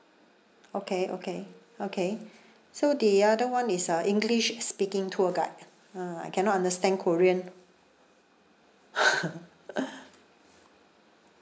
okay okay okay so the other one is uh english speaking tour guide ha I cannot understand korean